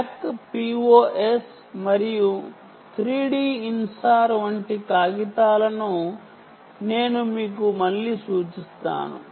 back pos మరియు 3 D InSAR అనే paper ని నేను మీకు సూచిస్తాను